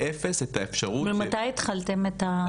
ממתי התחלתם התהליך?